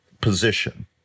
position